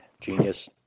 genius